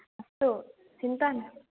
अस्तु चिन्ता न